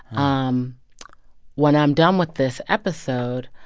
um when i'm done with this episode,